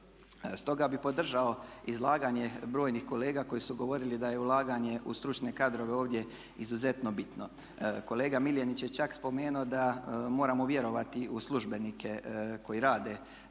Stoga bih podržao izlaganje brojnih kolega koji su govorili da je ulaganje u stručne kadrove ovdje izuzetno bitno. Kolega Miljenić je čak spomenuo da moramo vjerovati u službenike koji rade